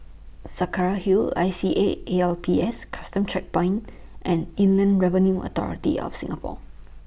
Saraca Hill I C A A L P S Custom Checkpoint and Inland Revenue Authority of Singapore